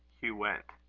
hugh went.